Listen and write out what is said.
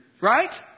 right